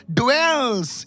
dwells